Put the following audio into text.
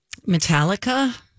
Metallica